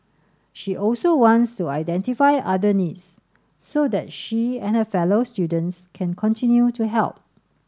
she also wants to identify other needs so that she and her fellow students can continue to help